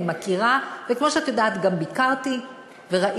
אני מכירה, וכמו שאת יודעת, גם ביקרתי וראיתי.